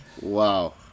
Wow